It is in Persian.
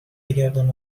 بگردان